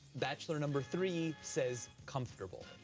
bachelor number three says, comfortable.